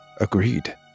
Agreed